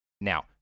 Now